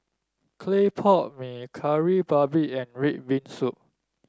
Clay Pot Mee Kari Babi and red bean soup